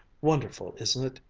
wonderful, isn't it,